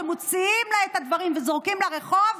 כשמוציאים לה את הדברים וזורקים לרחוב,